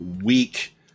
week